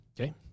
Okay